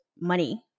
money